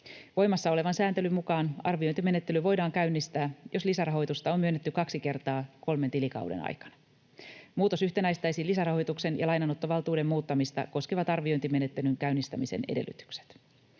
Voimassa olevan sääntelyn mukaan arviointimenettely voidaan käynnistää, jos lisärahoitusta on myönnetty kaksi kertaa kolmen tilikauden aikana. Muutos yhtenäistäisi lisärahoituksen ja lainanottovaltuuden muuttamista koskevat arviointimenettelyn käynnistämisen edellytykset.